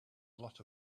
lot